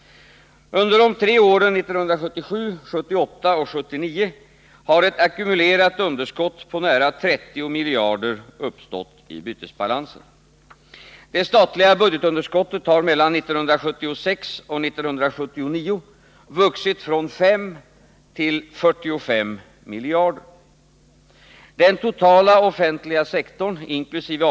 Under de tre åren 1977, 1978 och 1979 har ett ackumulerat underskott på nära 30 miljarder uppstått i bytesbalansen. Det statliga budgetunderskottet har mellan 1976 och 1979 vuxit från 5 till 45 miljarder. Den totala offentliga sektorn, inkl.